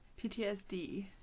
PTSD